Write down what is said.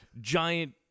giant